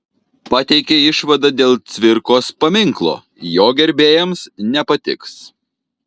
pateikė išvadą dėl cvirkos paminklo jo gerbėjams nepatiks